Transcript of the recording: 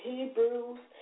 Hebrews